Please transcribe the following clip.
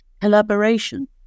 collaboration